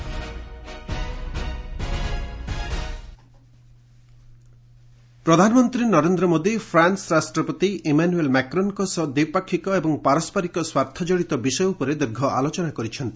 PM France ପ୍ରଧାନମନ୍ତ୍ରୀ Narendra Modi France ରାଷ୍ଟ୍ରପତି Emmanuel ମାକ୍ରନ୍ଙ୍କ ସହ ଦ୍ୱିପାକ୍ଷିକ ଏବଂ ପାରସ୍କରିକ ସ୍ୱାର୍ଥଜଡିତ ବିଷୟ ଉପରେ ଦୀର୍ଘ ଆଲୋଚନା କରିଛନ୍ତି